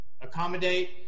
accommodate